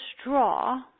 straw